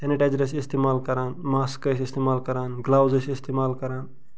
sanitiser ٲس استعمال کران ماسٕک ٲسۍ استعمال کران گٕلاوُز ٲسۍ استعمال کران